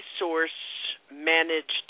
resource-managed